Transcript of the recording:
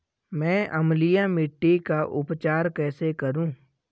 मैं अम्लीय मिट्टी का उपचार कैसे करूं?